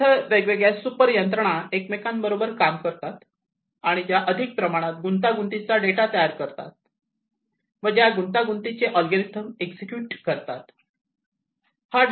जिथे वेगवेगळ्या सुपर यंत्रणा एकमेकांबरोबर काम करतात आणि ज्या अधिक प्रमाणात गुंतागुंतीचा डेटा तयार करतात व ज्या गुंतागुंतीचे अल्गोरिदम एक्झिक्युट करतात